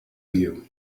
you